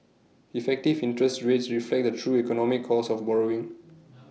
effective interest rates reflect the true economic cost of borrowing